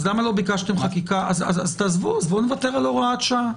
אז בואו נוותר על הוראת שעה.